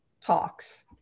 talks